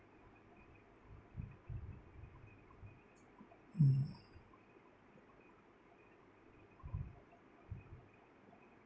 mm